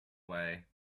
way